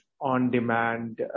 on-demand